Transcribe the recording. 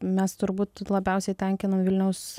mes turbūt labiausiai tenkinam vilniaus